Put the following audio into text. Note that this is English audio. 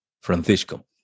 Francisco